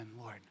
Lord